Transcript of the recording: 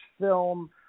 film